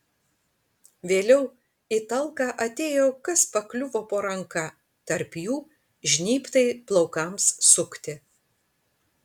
vėliau į talką atėjo kas pakliuvo po ranka tarp jų žnybtai plaukams sukti